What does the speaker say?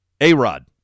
A-Rod